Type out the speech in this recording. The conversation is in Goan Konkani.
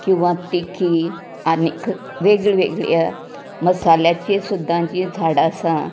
किंवां तिखी आनी वेगवेगळ्या मसाल्याची सुद्दां जी झाडां आसात